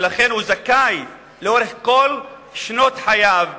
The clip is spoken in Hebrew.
לכן הוא זכאי לאורך כל שנות חייו,